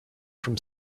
from